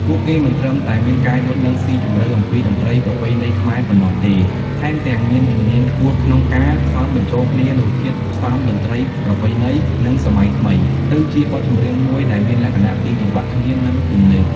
ពួកគេមិនត្រឹមតែមានការយល់ដឹងស៊ីជម្រៅអំពីតន្ត្រីប្រពៃណីខ្មែរប៉ុណ្ណោះទេ ថែមទាំងមានជំនាញខ្ពស់ក្នុងការ ផ្សំបញ្ចូលគ្នានូវធាតុផ្សំតន្ត្រីប្រពៃណី និងសម័យថ្មី ទៅជាបទចម្រៀងមួយដែលមានលក្ខណៈ ស៊ីចង្វាក់គ្នា និង ទំនើប។